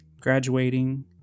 graduating